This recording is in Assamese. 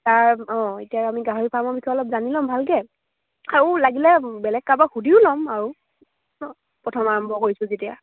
তাৰ অঁ এতিয়া আমি গাহৰি ফাৰ্মৰ বিষয়ে অলপ জানি ল'ম ভালকে আৰু লাগিলে বেলেগ কাৰোবাক সুধিও ল'ম আৰু প্ৰথম আৰম্ভ কৰিছোঁ যেতিয়া